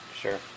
Sure